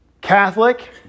Catholic